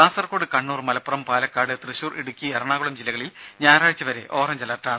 കാസർകോട് കണ്ണൂർ മലപ്പുറം പാലക്കാട് തൃശൂർ ഇടുക്കി എറണാകുളം ജില്ലകളിൽ ഞായറാഴ്ച വരെ ഓറഞ്ച് അലർട്ടാണ്